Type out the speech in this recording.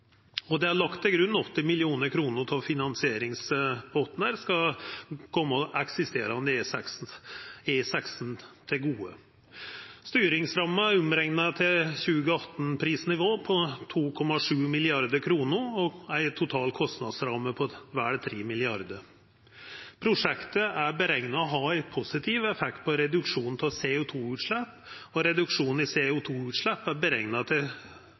etterpå. Det er lagt til grunn at 80 mill. kr av finansieringspotten skal koma eksisterande E16 til gode. Styringsramma er – rekna om til 2018-prisnivå – på 2,7 mrd. kr, med ei total kostnadsramme på vel 3 mrd. kr. Prosjektet er berekna å ha ein positiv effekt på reduksjonen av CO 2 -utslepp. Reduksjonen i CO 2 -utslepp er berekna til